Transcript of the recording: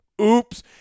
Oops